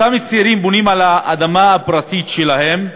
אותם צעירים בונים על האדמה הפרטית שלהם,